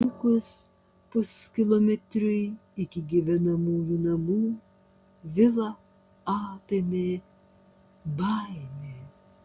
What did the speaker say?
likus puskilometriui iki gyvenamųjų namų vilą apėmė baimė